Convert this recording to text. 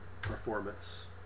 performance